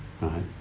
right